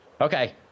okay